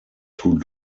two